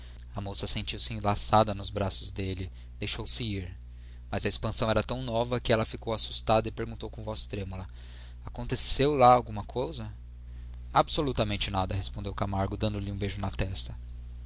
a moça sentiu-se enlaçada nos braços dele deixou-se ir mas a expansão era tão nova que ela ficou assustada e perguntou com voz trêmula aconteceu lá alguma coisa absolutamente nada respondeu camargo dando-lhe um beijo na testa